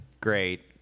Great